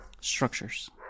structures